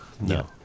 No